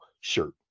shirt